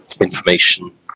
information